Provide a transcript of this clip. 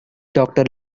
doctor